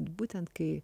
būtent kai